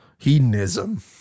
hedonism